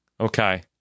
Okay